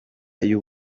y’u